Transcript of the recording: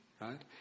right